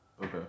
okay